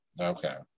Okay